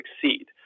succeed